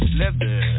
leather